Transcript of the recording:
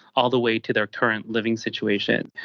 all the way to their current living situation.